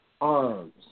arms